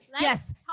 Yes